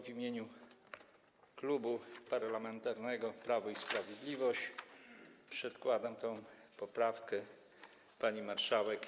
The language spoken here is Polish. W imieniu Klubu Parlamentarnego Prawo i Sprawiedliwość przedkładam tę poprawkę pani marszałek.